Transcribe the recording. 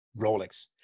Rolex